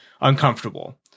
uncomfortable